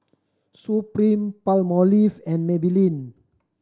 Supreme Palmolive and Maybelline